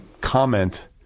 comment